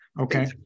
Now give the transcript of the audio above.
Okay